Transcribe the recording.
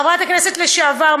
חברת הכנסת לשעבר,